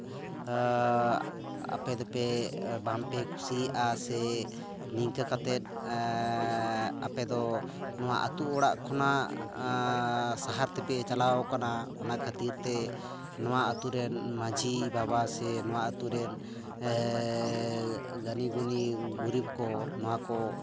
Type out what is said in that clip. ᱟᱯᱮ ᱫᱚᱯᱮ ᱵᱟᱝᱯᱮ ᱠᱩᱥᱤᱭᱟᱜᱼᱟ ᱥᱮ ᱱᱤᱝᱠᱟᱹ ᱠᱟᱛᱮᱫ ᱟᱯᱮ ᱫᱚ ᱱᱚᱣᱟ ᱟᱹᱛᱩ ᱚᱲᱟᱜ ᱠᱷᱚᱱᱟᱜ ᱥᱟᱦᱟᱨ ᱛᱮᱯᱮ ᱪᱟᱞᱟᱣ ᱠᱟᱱᱟ ᱚᱱᱟ ᱠᱷᱟᱹᱛᱤᱨ ᱛᱮ ᱱᱚᱣᱟ ᱟᱹᱛᱩ ᱨᱮᱱ ᱢᱟᱹᱡᱷᱤ ᱵᱟᱵᱟ ᱥᱮ ᱱᱚᱣᱟ ᱟᱹᱛᱩ ᱨᱮᱱ ᱜᱟᱹᱱᱤᱼᱜᱩᱱᱤ ᱜᱩᱨᱤᱵᱽ ᱠᱚ ᱱᱚᱣᱟ ᱠᱚ